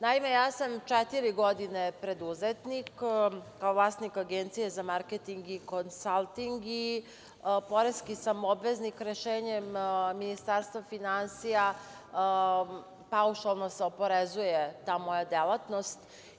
Naime, ja sam četiri godine preduzetnik, kao vlasnik agencije za marketing i konsalting i poreski sam obveznik i rešenjem Ministarstva finansija, paušalno se oporezuje ta moja delatnost.